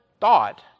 thought